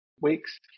weeks